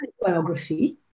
biography